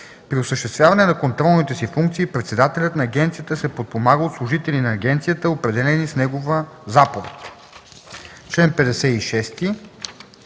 При осъществяване на контролните си функции председателят на агенцията се подпомага от служители на агенцията, определени с негова заповед.”